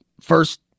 first